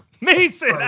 Mason